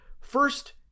First